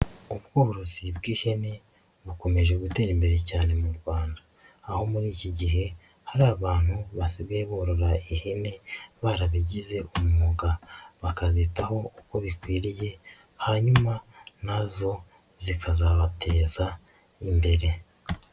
Ubworozi bw'ihene bukomeje gutera imbere cyane mu Rwanda. Aho muri iki gihe hari abantu basigaye borora ihene barabigize umwuga bakazitaho uko bikwiriye, hanyuma na zo zikazabateza imbere.